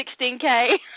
16K